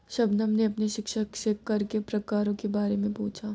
शबनम ने अपने शिक्षक से कर के प्रकारों के बारे में पूछा